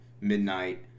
midnight